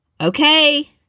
Okay